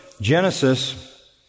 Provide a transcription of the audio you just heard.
Genesis